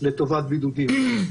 לטובת בידודים.